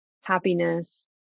happiness